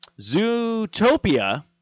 Zootopia